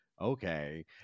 okay